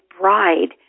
bride